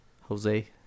Jose